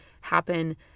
happen